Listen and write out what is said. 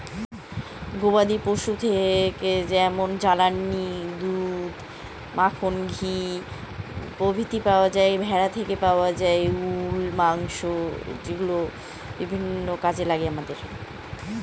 গবাদি পশু বা ভেড়া থেকে আমরা অনেক রকমের জিনিস পায়